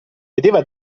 vedeva